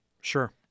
Sure